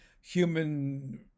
human